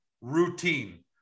routine